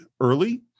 early